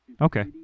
Okay